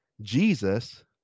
Jesus